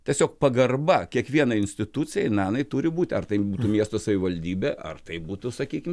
tiesiog pagarba kiekvienai institucijai na jinai turi būt ar tai būtų miesto savivaldybė ar tai būtų sakykim